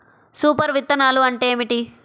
Super విత్తనాలు అంటే ఏమిటి?